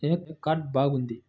ఏ card బాగుంది?